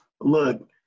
look